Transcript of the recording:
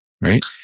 right